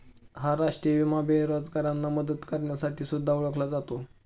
हा राष्ट्रीय विमा बेरोजगारांना मदत करण्यासाठी सुद्धा ओळखला जातो